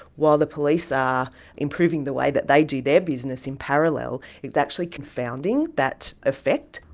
while the police are improving the way that they do their business in parallel is actually confounding that effect.